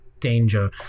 danger